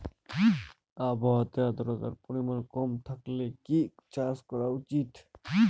আবহাওয়াতে আদ্রতার পরিমাণ কম থাকলে কি চাষ করা উচিৎ?